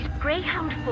Greyhound